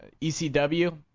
ECW